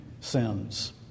sins